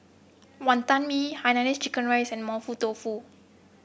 Wonton Mee Hainanese Chicken Rice and Mapo Tofu